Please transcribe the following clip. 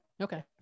Okay